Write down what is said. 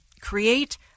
create